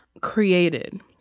created